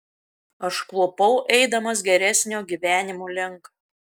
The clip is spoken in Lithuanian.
aš klupau eidamas geresnio gyvenimo link